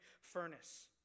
furnace